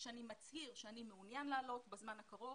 שאני מצהיר שאני מעוניין לעלות בזמן הקרוב,